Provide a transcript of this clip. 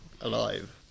alive